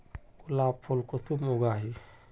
गुलाब फुल कुंसम उगाही?